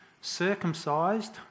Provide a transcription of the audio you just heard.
circumcised